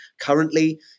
currently